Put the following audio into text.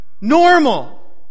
normal